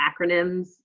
acronyms